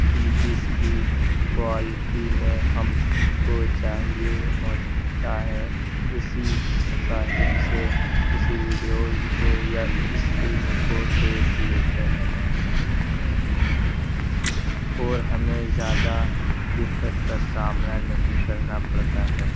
کی جس بھی کوالیٹی میں ہم کو چاہیے ہوتا ہے اسی صاحب سے اسی ویڈیوز کو یا اس فلم کو دیکھ لیتے ہیں اور ہمیں زیادہ دِقّت کا سامنا نہیں کرنا پڑتا ہے